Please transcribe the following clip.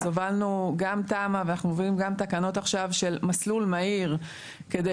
אז הובלנו גם תמ"א ואנחנו מובלים גם תקנות עכשיו של מסלול מהיר כדי